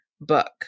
book